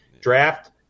Draft